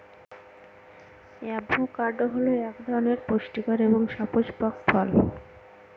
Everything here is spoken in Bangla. অ্যাভোকাডো হল এক ধরনের সুপুষ্টিকর এবং সপুস্পক ফল